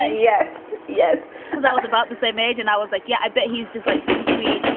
ah yes. yes that was about the same age. and i was like, yeah, i bet he's just like, super sweet,